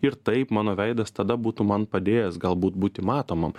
ir taip mano veidas tada būtų man padėjęs galbūt būti matomam